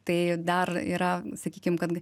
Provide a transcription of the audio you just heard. tai dar yra sakykim kad